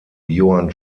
johann